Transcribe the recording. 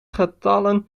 getallen